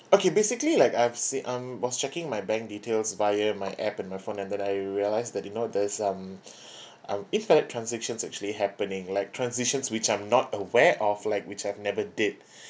okay basically like I've said I'm was checking my bank details via my app on my phone and then I realised that you know there is some um incorrect transactions actually happening like transactions which I'm not aware of like which I've never did